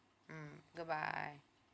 mm goodbye